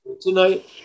tonight